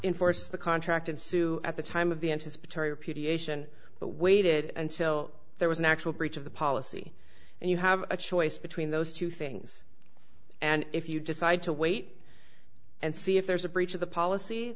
enforce the contract and sue at the time of the anticipatory ph and waited until there was an actual breach of the policy and you have a choice between those two things and if you decide to wait and see if there's a breach of the policy